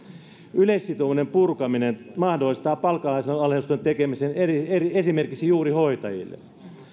yleissitovuuden purkaminen mahdollistaa palkanalennusten tekemisen esimerkiksi juuri hoitajille